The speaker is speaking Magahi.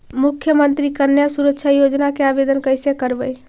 मुख्यमंत्री कन्या सुरक्षा योजना के आवेदन कैसे करबइ?